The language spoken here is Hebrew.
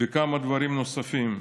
בכמה דברים נוספים.